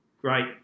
great